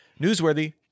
newsworthy